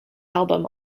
album